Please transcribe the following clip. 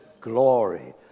glory